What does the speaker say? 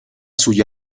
sugli